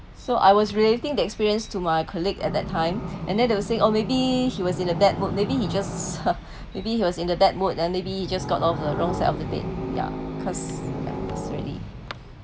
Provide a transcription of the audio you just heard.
so I was relating the experience to my colleague at that time and then they were saying oh maybe he was in a bad mood maybe he just maybe he was in the bad mood then maybe he just got off the wrong side of the day ya cause ya ya it's really